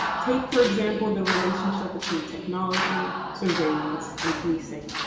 take, for example, the relationship between technology, surveillance, and policing.